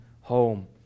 home